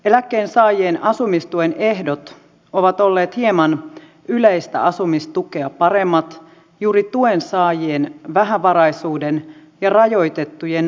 eläkkeensaajien asumistuen ehdot ovat olleet hieman yleistä asumistukea paremmat juuri tuensaajien vähävaraisuuden ja rajoitettujen ansaintamahdollisuuksien vuoksi